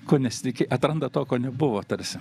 ko nesitiki atranda to ko nebuvo tarsi